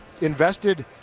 invested